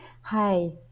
Hi